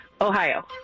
ohio